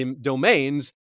domains